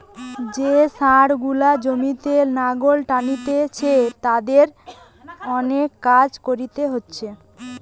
যে ষাঁড় গুলা জমিতে লাঙ্গল টানছে তাদের অনেক কাজ কোরতে হচ্ছে